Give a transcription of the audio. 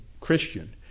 Christian